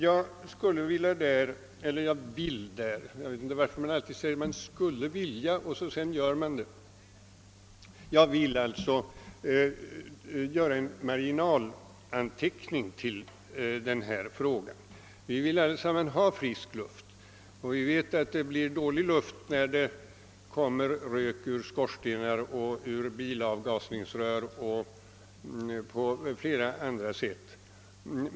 Jag skulle emellertid där vilja — jag vet egentligen inte varför man säger »jag skulle vilja», när man sedan gör det; jag vill alltså — göra en marginal anteckning till denna fråga. Vi vill allesamman ha frisk luft, och vi vet att det blir dålig luft när det kommer rök ur skorstenar och bilavgasrör och att den även uppstår på flera olika sätt.